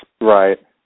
Right